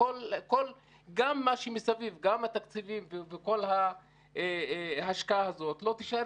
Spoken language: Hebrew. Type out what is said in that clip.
למה לא יישארו התקציבים וכל ההשקעה הזאת בנגב?